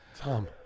Tom